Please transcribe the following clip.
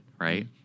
right